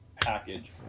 package